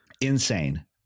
insane